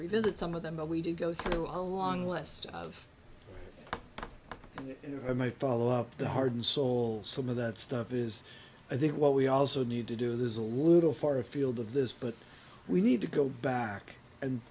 revisit some of them but we did go through a long list of if i may follow up the heart and soul some of that stuff is i think what we also need to do there's a little far afield of this but we need to go back and